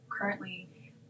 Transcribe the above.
currently